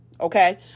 Okay